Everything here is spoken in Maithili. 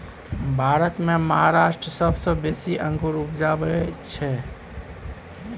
भारत मे महाराष्ट्र सबसँ बेसी अंगुर उपजाबै छै